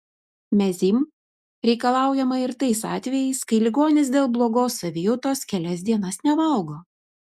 mezym reikalaujama ir tais atvejais kai ligonis dėl blogos savijautos kelias dienas nevalgo